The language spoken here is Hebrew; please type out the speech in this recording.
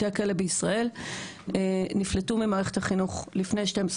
משרד החקלאות ופיתוח הכפר ירון ארגז ממלא מקום סמנכ"ל אסטרטגיה,